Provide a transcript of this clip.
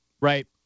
Right